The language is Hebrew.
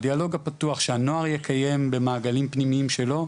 הדיאלוג הפתוח שהנוער יקיים במעגלים פנימיים שלו,